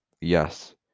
yes